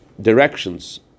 directions